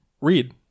read